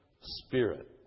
spirit